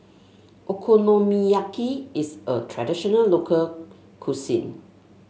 okonomiyaki is a traditional local cuisine